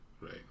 Right